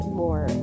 more